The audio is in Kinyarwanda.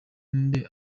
nde